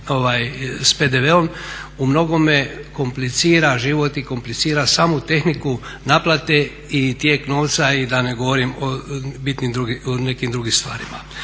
s PDV-om umnogome komplicira život i komplicira samu tehniku naplate i tijek novca i da ne govorim o bitnim drugim, nekim